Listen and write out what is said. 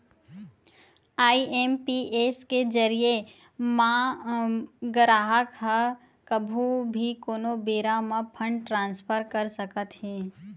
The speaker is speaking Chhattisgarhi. आई.एम.पी.एस के जरिए म गराहक ह कभू भी कोनो बेरा म फंड ट्रांसफर कर सकत हे